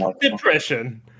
depression